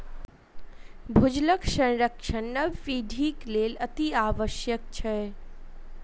भूजलक संरक्षण नव पीढ़ीक लेल अतिआवश्यक छै